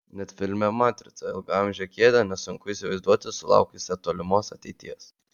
net filme matrica ilgaamžę kėdę nesunku įsivaizduoti sulaukusią tolimos ateities